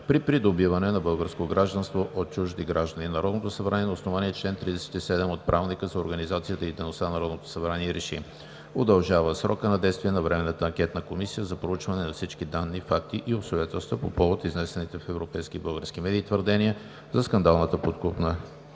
при придобиване на българско гражданство от чужди граждани Народното събрание на основание чл. 37 от Правилника за организацията и дейността на Народното събрание РЕШИ: Удължава срока на действие на Временната анкетна комисия за проучване на всички данни, факти и обстоятелства по повод изнесените в европейски и български медии твърдения за скандалната подкупна